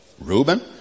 Reuben